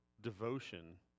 devotion